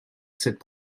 cette